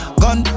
gun